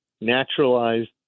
naturalized